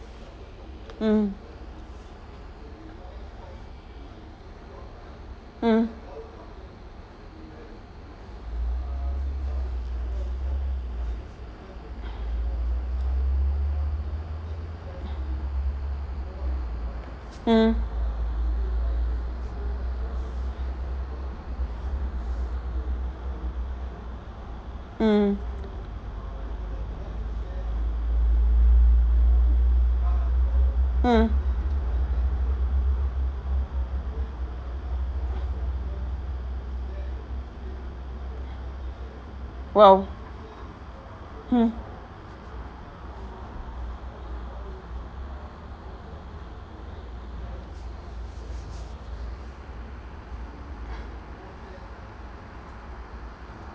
mm mm mm mm mm !wow! mm